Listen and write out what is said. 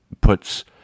puts